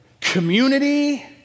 community